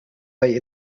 they